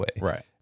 Right